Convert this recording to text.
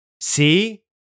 see